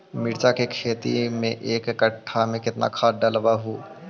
मिरचा के खेती मे एक कटा मे कितना खाद ढालबय हू?